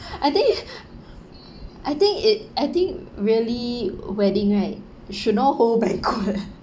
I think it I think it I think really wedding right should not hold banquet